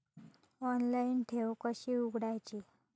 Online ठेव कशी उघडायची?